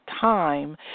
time